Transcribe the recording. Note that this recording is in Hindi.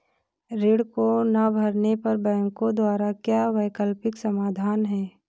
ऋण को ना भरने पर बैंकों द्वारा क्या वैकल्पिक समाधान हैं?